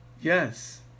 Yes